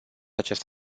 acest